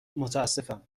متأسفم